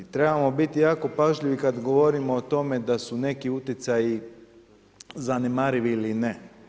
Trebamo biti jako pažljivi kad govorimo o tome da su neki utjecaji zanemarivi ili ne.